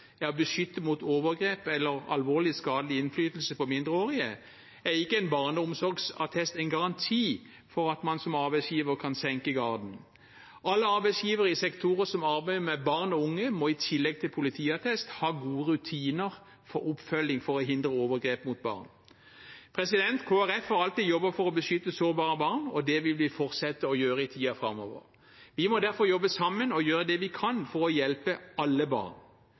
å beskytte mot overgrep eller alvorlig skadelig innflytelse på mindreårige, er ikke en barneomsorgsattest en garanti for at man som arbeidsgiver kan senke garden. Alle arbeidsgivere i sektorer som arbeider med barn og unge, må i tillegg til politiattest ha gode rutiner for oppfølging for å hindre overgrep mot barn. Kristelig Folkeparti har alltid jobbet for å beskytte sårbare barn, og det vil vi fortsette med å gjøre i tiden framover. Vi må derfor jobbe sammen og gjøre det vi kan for å hjelpe alle barn.